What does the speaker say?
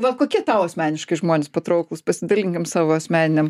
va kokie tau asmeniškai žmonės patrauklūs pasidalinkim savo asmeninėm